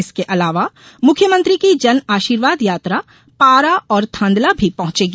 इसके अलावा मुख्यमंत्री की जन आशीर्वाद यात्रा पारा और थांदला भी पहुंचेगी